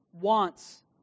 wants